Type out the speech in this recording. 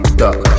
duck